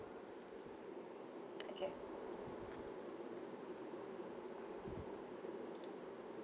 okay